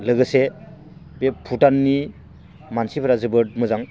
लोगोसे बे भुटाननि मानसिफोरा जोबोद मोजां